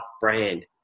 brand